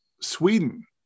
Sweden